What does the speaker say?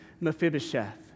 Mephibosheth